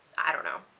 i don't know,